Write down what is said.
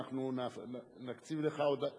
ואנחנו נקציב לך עוד,